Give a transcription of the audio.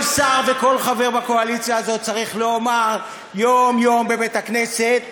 כל שר וכל חבר בקואליציה הזאת צריך לומר יום-יום בבית-הכנסת ובביתו,